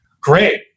Great